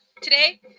today